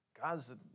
God's